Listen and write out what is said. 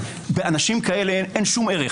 באנשים כאלה אין שום ערך.